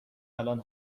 الان